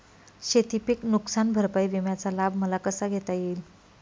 शेतीपीक नुकसान भरपाई विम्याचा लाभ मला कसा घेता येईल?